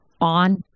on